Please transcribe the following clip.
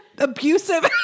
Abusive